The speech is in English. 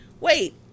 wait